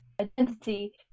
identity